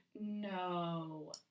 No